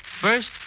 First